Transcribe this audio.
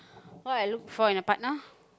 what I look for in a partner